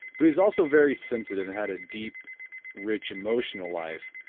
but he is also very sensitive and had a deep rich emotional life.